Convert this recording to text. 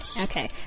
Okay